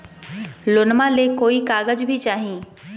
लोनमा ले कोई कागज भी चाही?